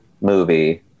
movie